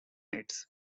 its